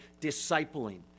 discipling